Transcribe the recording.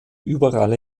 überall